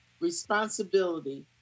responsibility